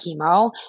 chemo